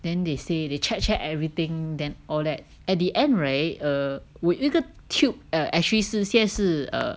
then they say they check check everything then all that at the end right err 我有一个 tube err actually 是现在是